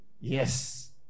Yes